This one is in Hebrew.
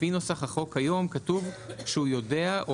לפי נוסח החוק כיום כתוב שהוא יודע או